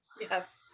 yes